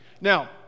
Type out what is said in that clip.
Now